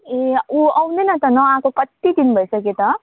ए उ आउँदैन त नआएको कति दिन भइसक्यो त